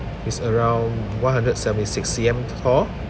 he's around one hundred seventy six C_M tall